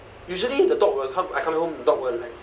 usually the dog will come I come home the dog will like